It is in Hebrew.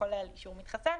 שכולל אישור מתחסן,